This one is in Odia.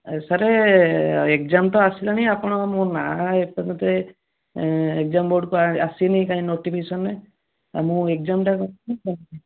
ସାରେ ଏଗ୍ଜାମ୍ ତ ଆସିଲାଣି ଆପଣ ମୋ ନାଁ ଏ ପର୍ଯ୍ୟନ୍ତ ଏଗ୍ଜାମ୍ ବୋର୍ଡ଼୍କୁ ଆସିନି କାଇଁ ନୋଟିଫିକେସନ୍ରେ ମୁଁ ଏଗ୍ଜାମ୍ଟା